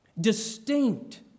distinct